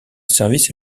service